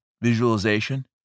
visualization